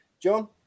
John